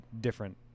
different